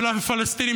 ולפלסטינים,